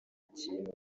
kintu